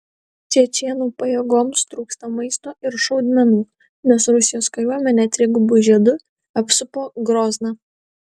čečėnų pajėgoms trūksta maisto ir šaudmenų nes rusijos kariuomenė trigubu žiedu apsupo grozną